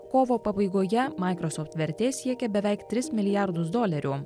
kovo pabaigoje microsoft vertė siekė beveik tris milijardus dolerių